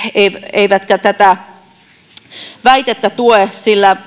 eivätkä ne tätä väitettä tue sillä